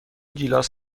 گیلاس